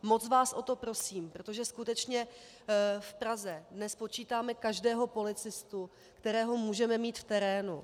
Moc vás o to prosím, protože skutečně v Praze dnes počítáme každého policistu, kterého můžeme mít v terénu.